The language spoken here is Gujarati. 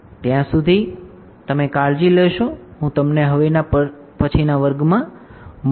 ત્યાં સુધી તમે કાળજી લેશો હું તમને પછીના વર્ગમાં જોઈશ